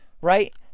right